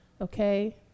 okay